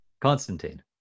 Constantine